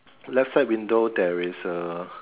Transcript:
left side window there is a